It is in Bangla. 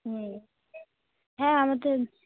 হুম হ্যাঁ আমাদের